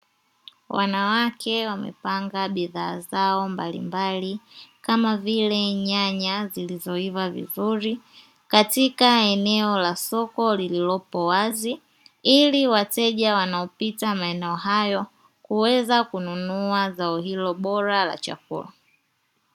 Wanawake wamepanga bidhaa zao mbalimbali, kama vile nyanya zilizoiva vizuri katika eneo la soko lililopo wazi ili wateja wanaopita maeneo hayo kuweza kununua za hilo bora la chakula.